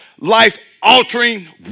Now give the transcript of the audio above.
life-altering